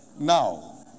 now